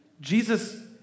Jesus